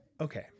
okay